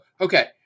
okay